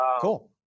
cool